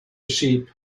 sheep